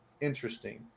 interesting